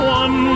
one